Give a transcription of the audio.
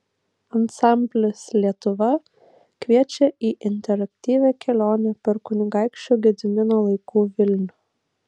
ansamblis lietuva kviečia į interaktyvią kelionę per kunigaikščio gedimino laikų vilnių